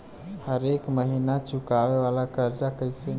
हरेक महिना चुकावे वाला कर्जा कैसे मिली?